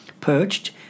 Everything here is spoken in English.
perched